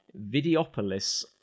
Videopolis